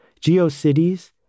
Geocities